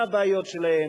מה הבעיות שלהם,